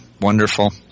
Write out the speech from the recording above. Wonderful